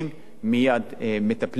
מייד מטפלים בזה.